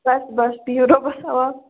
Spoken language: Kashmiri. بَس بَس بِہِو رۅبَس حَوال